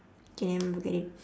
okay then don't look at it